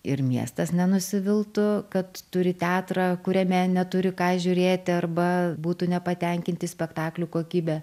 ir miestas nenusiviltų kad turi teatrą kuriame neturi ką žiūrėti arba būtų nepatenkinti spektaklių kokybe